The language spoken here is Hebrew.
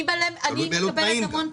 אני מקבלת המון פניות,